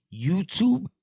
YouTube